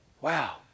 wow